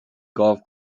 golf